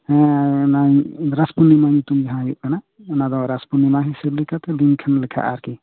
ᱦᱮᱸ ᱚᱱᱟ ᱨᱟᱥ ᱯᱩᱨᱱᱤᱢᱟ ᱧᱩᱛᱩᱢ ᱡᱟᱦᱟᱸ ᱦᱩᱭᱩᱜ ᱠᱟᱱᱟ ᱚᱱᱟ ᱫᱚ ᱨᱟᱥ ᱯᱩᱨᱱᱤᱢᱟ ᱦᱤᱥᱟᱹᱵᱽ ᱞᱮᱠᱟᱛᱮ ᱫᱤᱱ ᱠᱷᱚᱱ ᱞᱮᱠᱷᱟᱜ ᱟ ᱟᱨ ᱠᱤ